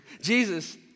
Jesus